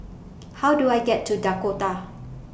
How Do I get to Dakota